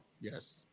Yes